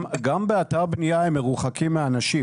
גם באתר בניה הם מרוחקים מאנשים.